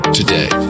today